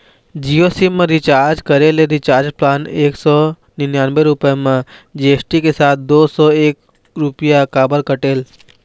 Jio sim मा recharge करे ले रिचार्ज प्लान एक सौ निन्यानबे रुपए मा जी.एस.टी के साथ दो सौ एक रुपया काबर कटेल?